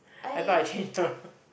I thought I changed